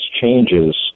changes